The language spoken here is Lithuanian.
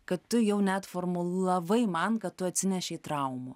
kad tu jau net formulavai man kad tu atsinešei traumų